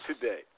today